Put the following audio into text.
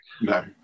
No